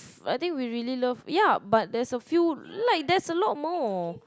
I think we really love ya but there's a few like there's a lot more